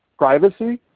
privacy.